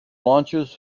launches